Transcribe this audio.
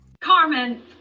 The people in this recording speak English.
Carmen